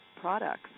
products